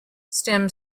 stem